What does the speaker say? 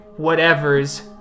whatevers